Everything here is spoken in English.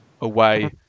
away